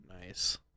nice